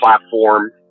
platform